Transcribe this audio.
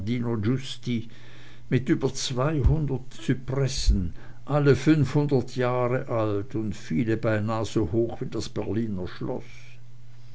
mit über zweihundert zypressen alle fünfhundert jahre alt und viele beinah so hoch wie das berliner schloß